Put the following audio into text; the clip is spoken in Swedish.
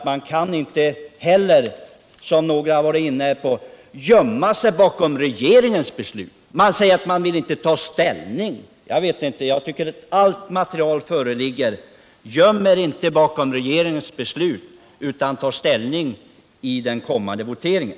Man kan inte, som några har gjort, säga att man inte vill ta ställning. Allt material föreligger. Göm er inte bakom regeringens beslut utan ta ställning i den kommande voteringen!